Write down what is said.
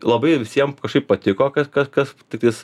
labai visiem kažkaip patiko kas kas kas tiktais